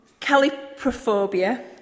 caliprophobia